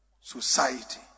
society